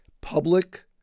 public